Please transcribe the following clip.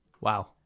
Wow